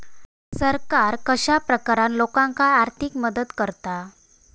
सरकार कश्या प्रकारान लोकांक आर्थिक मदत करता?